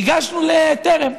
ניגשנו לטרם.